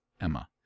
Emma